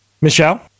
Michelle